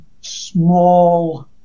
small